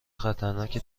خطرناک